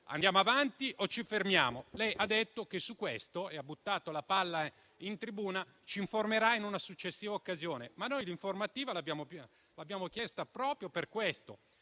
andiamo avanti o ci fermiamo? Lei ha detto che su questo - e ha buttato la palla in tribuna - ci informerà in una successiva occasione: ma noi l'informativa l'abbiamo chiesta proprio per questo.